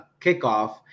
kickoff